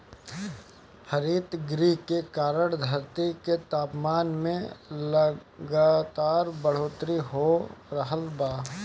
हरितगृह के कारण धरती के तापमान में लगातार बढ़ोतरी हो रहल बा